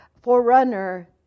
forerunner